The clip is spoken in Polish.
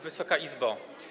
Wysoka Izbo!